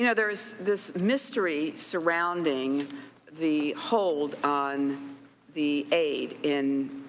yeah there's this mystery surrounding the hold on the aid in